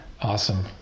awesome